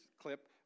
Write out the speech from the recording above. clip